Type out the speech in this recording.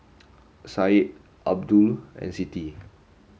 Said Abdul and Siti